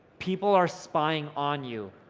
people are spying on you.